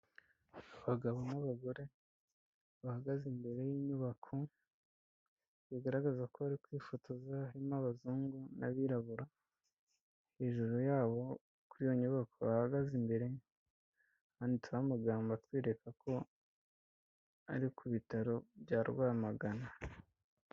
Abagabo n'abagore bahagaze imbere y'inyubako bigaragaza ko bari kwifotoza, harimo abazungu n'abirabura, hejuru yabo kuri iyo nyubako bahagaze imbere, handitseho amagambo atwereka ko ari ku bitaro bya Rwamagana.